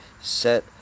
Set